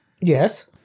yes